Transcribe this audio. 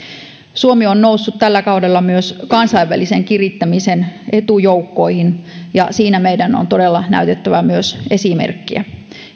suomi on noussut tällä kaudella myös kansainvälisen kirittämisen etujoukkoihin ja siinä meidän on todella näytettävä myös esimerkkiä